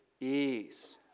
ease